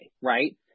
right